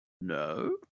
No